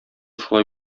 шулай